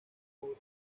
por